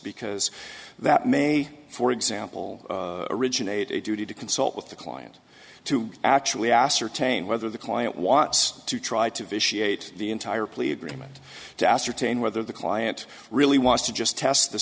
because that may for example originate a duty to consult with the client to actually ascertain whether the client wants to try to vitiate the entire plea agreement to ascertain whether the client really wants to just test the